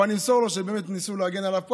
אני אמסור לו שניסו להגן עליו פה,